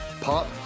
pop